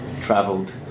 traveled